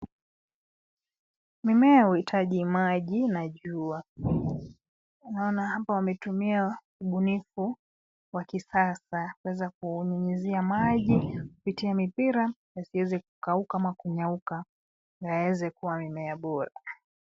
Mimea huhitaji maji na jua. Naona hapa wametumia ubunifu wa kisasa kuweza kunyunyizia maji kupitia mipira yasiweze kukauka au kunyauka, yaweze kuwa mimea bora.